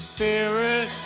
Spirit